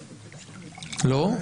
לא?